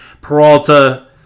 Peralta